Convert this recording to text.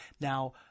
Now